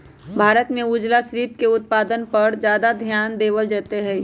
भारत में उजला श्रिम्फ के उत्पादन पर ज्यादा ध्यान देवल जयते हई